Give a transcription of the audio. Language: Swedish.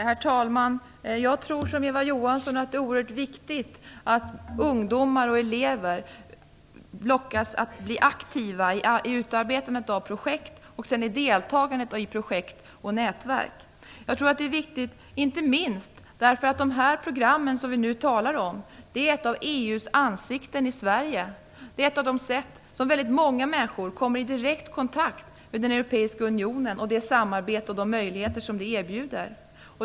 Herr talman! Jag tror liksom Eva Johansson att det är oerhört viktigt att ungdomar och elever lockas att bli aktiva vid utarbetandet av projekt och vid deltagande i projekt och nätverk. Det är inte minst viktigt eftersom de program som vi nu talar om är ett av EU:s ansikten utåt i Sverige. Det är ett av de sätt på vilket många människor kommer i direkt kontakt med den europeiska unionen, det samarbete och de möjligheter som det erbjuder.